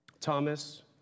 Thomas